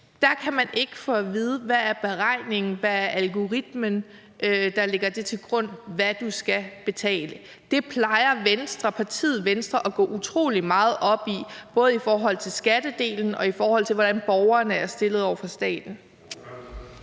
Der kan man ikke få at vide, hvad beregningen er, hvad algoritmen er, der ligger til grund for, hvad man skal betale. Det plejer partiet Venstre at gå utrolig meget op i, både i forhold til skattedelen, og i forhold til hvordan borgerne er stillet over for staten